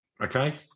Okay